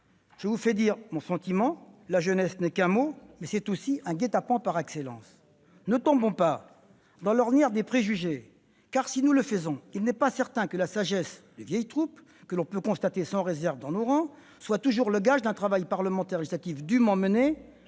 je vais vous dire mon sentiment : la jeunesse n'est qu'un mot, mais c'est aussi le guet-apens par excellence. Ne tombons pas dans l'ornière des préjugés. Si nous le faisons, il n'est pas certain que la sagesse des vieilles troupes, que l'on peut constater sans réserve dans nos rangs, soit toujours le gage d'un travail parlementaire et législatif dûment mené